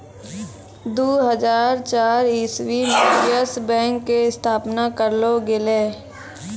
दु हजार चार इस्वी मे यस बैंक के स्थापना करलो गेलै